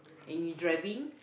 are you driving